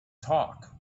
talk